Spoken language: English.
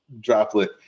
droplet